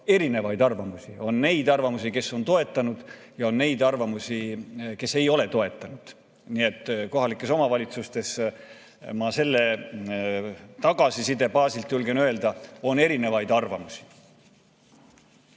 erinevaid arvamusi: on neid, kes on toetanud, ja on neid, kes ei ole toetanud. Nii et kohalikes omavalitsustes on, ma selle tagasiside baasil julgen öelda, erinevaid arvamusi.